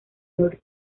norte